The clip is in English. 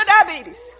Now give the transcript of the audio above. diabetes